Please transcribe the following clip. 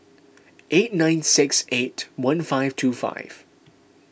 eight nine six eight one five two five